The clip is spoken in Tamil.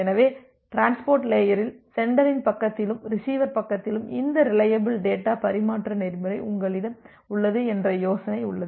எனவே டிரான்ஸ்போர்ட் லேயரில் சென்டரின் பக்கத்திலும் ரிசீவர் பக்கத்திலும் இந்த ரிலையபில் டேட்டா பரிமாற்ற நெறிமுறை உங்களிடம் உள்ளது என்ற யோசனை உள்ளது